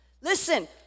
Listen